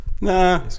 nah